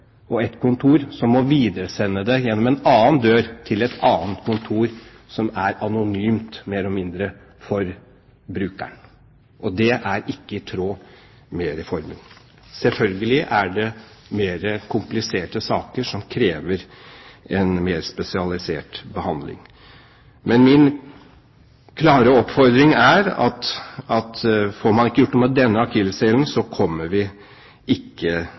til et annet kontor, som er mer eller mindre anonymt for brukeren. Det er ikke i tråd med reformen. Men selvfølgelig er det mer kompliserte saker som krever en mer spesialisert behandling. Min klare oppfordring er at får man ikke gjort noe med denne akilleshælen, kommer vi ikke